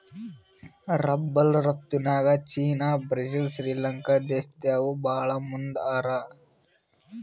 rubber ರಫ್ತುನ್ಯಾಗ್ China Brazil Sri Lanka ದೇಶ್ದವ್ರು ಭಾಳ್ ಮುಂದ್ ಹಾರ